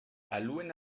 aluen